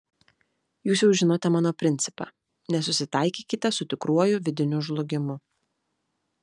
jūs jau žinote mano principą nesusitaikykite su tikruoju vidiniu žlugimu